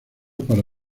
para